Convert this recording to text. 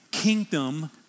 kingdom